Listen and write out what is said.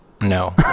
No